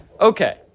Okay